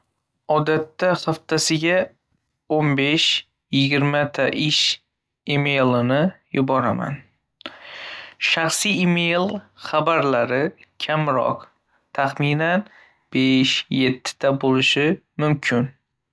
Odatda haftasiga o’n besh yigirma ta ish emailini yuboraman. Shaxsiy email xabarlari kamroq, taxminan besh yetti ta bo‘lishi mumkin.